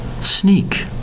Sneak